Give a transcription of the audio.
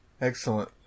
Excellent